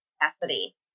capacity